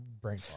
brain